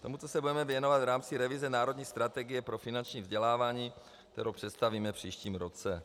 Tomuto se budeme věnovat v rámci revize Národní strategie pro finanční vzdělávání, kterou představíme v příštím roce.